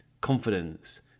confidence